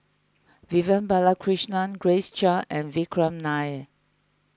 Vivian Balakrishnan Grace Chia and Vikram Nair